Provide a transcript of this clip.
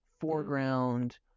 foreground